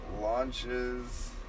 launches